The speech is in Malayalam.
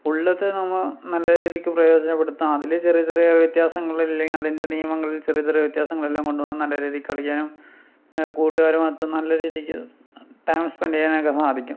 ഉള്ളത് നമ്മ നല്ല രീതിക്ക് പ്രയോജനപ്പെടുത്താം അതില് ചെറിയ ചെറിയ വ്യത്യാസങ്ങളില്ലങ്കിൽ അതിൻ്റെ നിയമങ്ങളിൽ ചെറിയ ചെറിയ വ്യത്യാസങ്ങളെല്ലാം കൊണ്ട് വന്ന് നല്ല രീതിക്ക് കളിയ്ക്കാൻ കൂട്ടുകാരുമൊത്ത് നല്ല രീതിക്ക് ടൈം സ്പെൻഡ് ചെയ്യാനൊക്കെ സാധിക്കും